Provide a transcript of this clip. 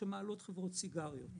שמעלות חברות סיגריות.